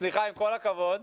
עם כל הכבוד.